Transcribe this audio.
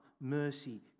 mercy